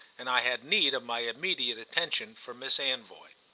and i had need of my immediate attention for miss anvoy.